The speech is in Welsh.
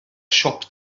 siop